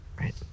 right